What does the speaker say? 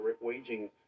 waging